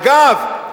אגב,